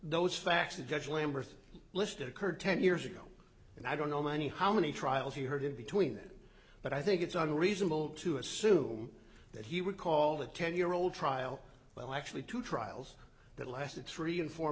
lamberth listed occurred ten years ago and i don't know many how many trials he heard in between but i think it's unreasonable to assume that he would call the ten year old trial well actually two trials that lasted three and four